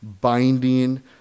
binding